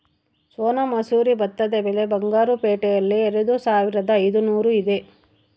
ಸೋನಾ ಮಸೂರಿ ಭತ್ತದ ಬೆಲೆ ಬಂಗಾರು ಪೇಟೆಯಲ್ಲಿ ಎರೆದುಸಾವಿರದ ಐದುನೂರು ಇದೆ